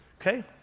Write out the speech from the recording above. okay